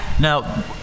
Now